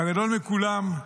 והגדול מכולם,